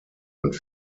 und